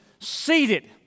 seated